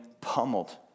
pummeled